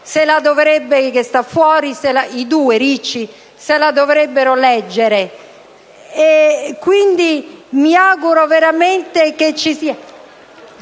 se la dovrebbe leggere.